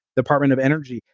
department of energy.